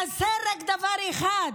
חסר רק דבר אחד,